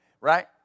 right